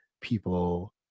people